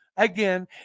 Again